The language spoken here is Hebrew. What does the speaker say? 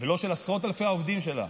ולא של עשרות אלפי העובדים שלה.